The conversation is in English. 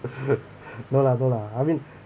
no lah no lah I mean